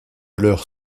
leur